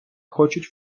хочуть